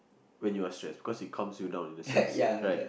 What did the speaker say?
when you are stressed because it calms you down in a sense right